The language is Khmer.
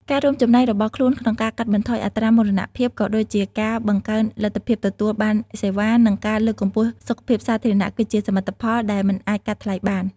ការរួមចំណែករបស់ខ្លួនក្នុងការកាត់បន្ថយអត្រាមរណភាព ក៏ដូចជាការបង្កើនលទ្ធភាពទទួលបានសេវា និងការលើកកម្ពស់សុខភាពសាធារណៈ គឺជាសមិទ្ធផលដែលមិនអាចកាត់ថ្លៃបាន។